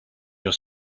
your